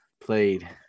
played